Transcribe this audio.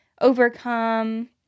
overcome